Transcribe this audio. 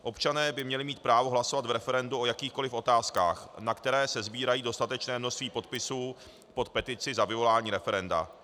Občané by měli mít právo hlasovat v referendu o jakýchkoliv otázkách, na které sesbírají dostatečné množství podpisů pod petici za vyvolání referenda.